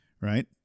right